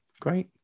great